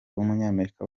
w’umunyamerika